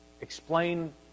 explain